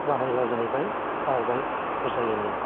बाहायला जाहैबाय गारबाय फसायैनि